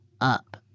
up